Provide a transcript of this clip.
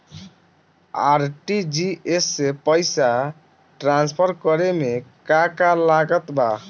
RTGS से पईसा transfer करे मे का का लागत बा?